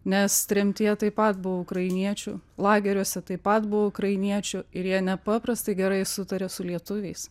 nes tremtyje taip pat buvo ukrainiečių lageriuose taip pat buvo ukrainiečių ir jie nepaprastai gerai sutarė su lietuviais